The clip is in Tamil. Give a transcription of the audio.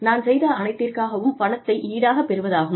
நான் செய்த அனைத்திற்காகவும் பணத்தை ஈடாகப் பெறுவதாகும்